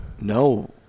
No